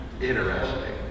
interesting